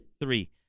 Three